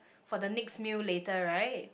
for the next meal later right